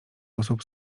osób